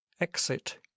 Exit